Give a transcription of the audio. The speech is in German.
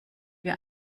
wir